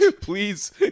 Please